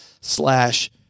slash